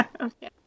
Okay